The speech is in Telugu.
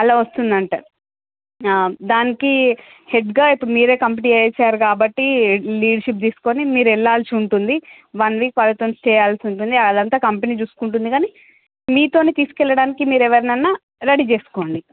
అలా వస్తుందంట దానికి హెడ్స్గా ఇప్పుడు మీరే కంప్లీట్ చేసారు కాబట్టి లీడర్షిప్ తీసుకుని మీరు వెళ్ళాల్సి ఉంటుంది వన్ వీక్ పర్సన్ స్టే చెయ్యాల్సి ఉంటుంది అదంతా కంపెనీ చూసుకుంటుంది కాని మీతోని తీసుకెళ్ళడానికి మీరు ఎవరినన్న రెడీ చేసుకోండి